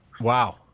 Wow